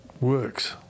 works